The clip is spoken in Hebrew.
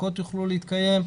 הפקות יוכלו להתקיים,